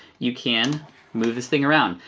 you can move this thing around.